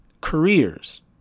careers